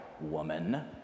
woman